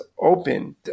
open